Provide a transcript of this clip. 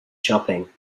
chopping